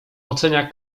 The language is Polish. ocenia